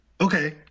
Okay